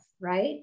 right